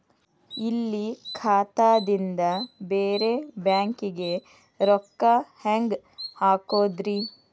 ಇಲ್ಲಿ ಖಾತಾದಿಂದ ಬೇರೆ ಬ್ಯಾಂಕಿಗೆ ರೊಕ್ಕ ಹೆಂಗ್ ಹಾಕೋದ್ರಿ?